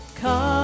come